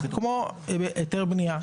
כמו היתר בנייה,